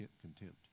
contempt